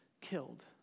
killed